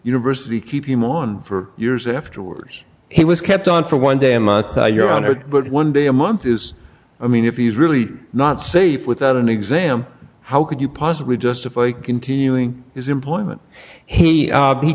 university keep him on for years afterwards he was kept on for one day a month your honor but one day a month is i mean if he's really not safe without an exam how could you possibly justify continuing his employment he